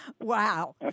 Wow